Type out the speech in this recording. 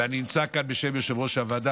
ואני נמצא כאן בשם יושב-ראש הוועדה,